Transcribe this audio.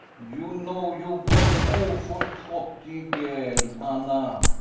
you know you vas awful pooty gel, anna?